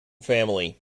family